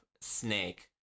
Snake